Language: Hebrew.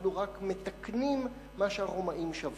אנחנו רק מתקנים מה שהרומאים שברו.